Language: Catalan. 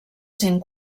sent